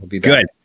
good